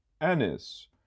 anise